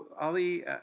Ali